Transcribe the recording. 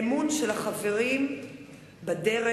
אמון של החברים בדרך,